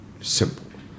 simple